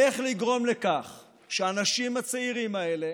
איך לגרום לכך שהאנשים הצעירים האלה